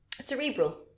cerebral